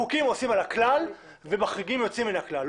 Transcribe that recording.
חוקים עושים על הכלל ומחריגים יוצאים מן הכלל.